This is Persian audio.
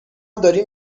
داریم